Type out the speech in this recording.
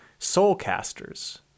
soulcasters